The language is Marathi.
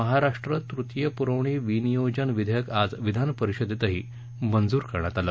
महाराष्ट्र तृतीय पुरवणी विनियोजन विधेयक आज विधानपरिषदेतही मंजुर करण्यात आलं